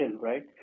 right